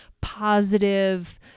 positive